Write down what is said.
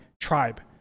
tribe